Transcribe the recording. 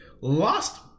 Lost